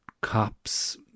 cops